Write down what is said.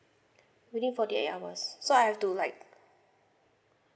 we need forty eight hours so I have to like